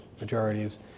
majorities